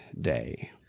day